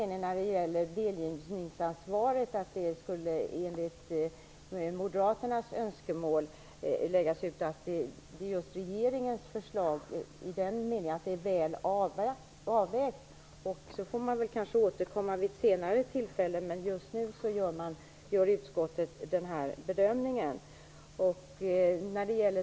När det gäller moderaternas önskemål om att delgivningsansvaret skulle läggas ut menar utskottet att regeringens förslag är väl avvägt.